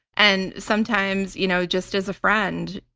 and sometimes, you know just as a friend,